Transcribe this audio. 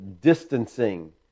distancing